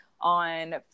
On